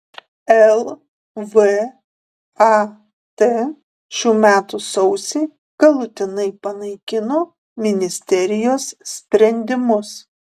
lvat šių metų sausį galutinai panaikino ministerijos sprendimus